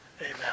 Amen